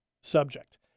subject